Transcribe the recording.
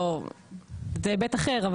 זה היבט אחר,